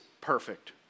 perfect